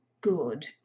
good